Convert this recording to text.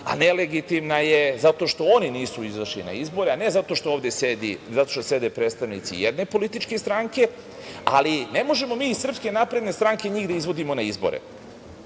a nelegitimna je zato što oni nisu izašli na izbore, a ne zato što ovde sede predstavnici jedne političke stranke. Ne možemo mi iz Srpske napredne stranke njih da izvodimo na izbore.